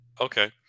Okay